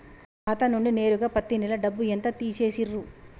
నా ఖాతా నుండి నేరుగా పత్తి నెల డబ్బు ఎంత తీసేశిర్రు?